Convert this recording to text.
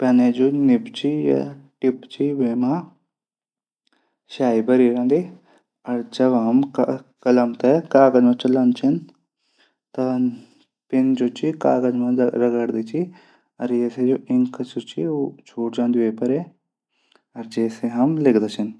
पैन जू निब च या वेमा स्याई भरीं हूंदी। जब हम कलम थै कागज मा चलौंदा छन। तब पिन कागज मा रगडदी च अर ये से जू इंक च छूट जांदी वेफरे। जैसे हम लिखदा छन।